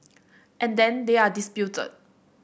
and then they are disputed